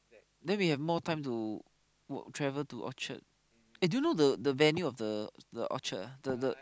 then we have more time to walk travel to Orchard eh do you know the the venue of the the orchard ah the the